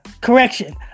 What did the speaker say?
correction